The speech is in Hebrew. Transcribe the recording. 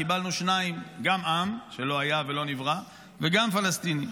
קיבלנו שניים: גם עם שלא היה ולא נברא וגם פלסטין.